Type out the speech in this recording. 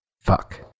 Fuck